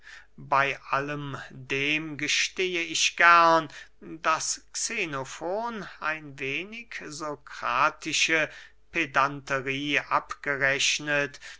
bey allem dem gestehe ich gern daß xenofon ein wenig sokratische pedanterie abgerechnet